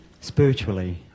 Spiritually